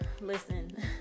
Listen